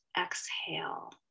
exhale